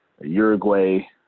Uruguay